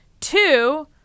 Two